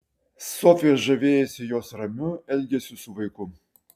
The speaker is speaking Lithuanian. sofija žavėjosi jos ramiu elgesiu su vaiku